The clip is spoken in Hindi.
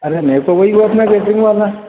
अरे मेरे को वही वो अपना वाला